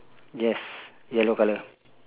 yes yellow colour